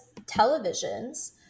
televisions